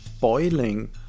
boiling